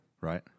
Right